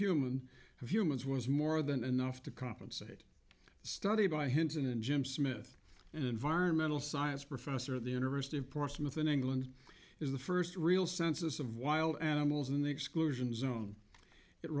human humans was more than enough to compensate study by hinton and jim smith an environmental science professor at the university of portsmouth in england is the first real census of wild animals in the exclusion zone it